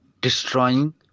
destroying